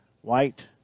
white